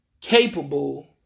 capable